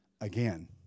Again